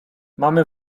mamy